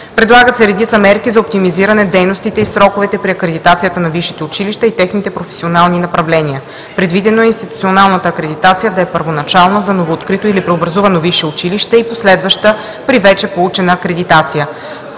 Предлагат се редица мерки за оптимизиране дейностите и сроковете при акредитацията на висшите училища и техните професионални направления. Предвидено е институционалната акредитация да е първоначална – за новооткрито или преобразувано висше училище, и последваща – при вече получена акредитация.